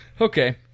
Okay